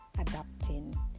adapting